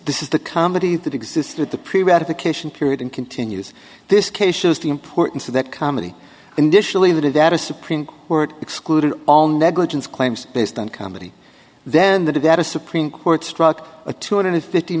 this is the comedy that existed the pre ratification period and continues this case shows the importance of that comedy initially the data supreme court excluded all negligence claims based on comedy then the data supreme court struck a two hundred fifty